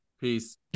Peace